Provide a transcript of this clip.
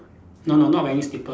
no no not wearing slipper